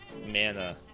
mana